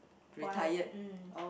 wife mm